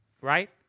right